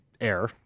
air